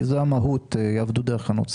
כי זאת המהות ויעבדו דרך קרנות סל.